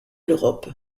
l’europe